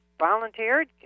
volunteered